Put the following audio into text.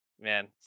man